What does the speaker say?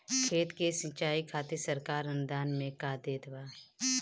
खेत के सिचाई खातिर सरकार अनुदान में का देत बा?